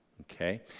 Okay